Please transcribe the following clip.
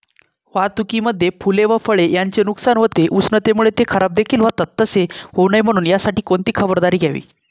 वाहतुकीमध्ये फूले व फळे यांचे नुकसान होते, उष्णतेमुळे ते खराबदेखील होतात तसे होऊ नये यासाठी कोणती खबरदारी घ्यावी?